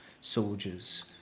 soldiers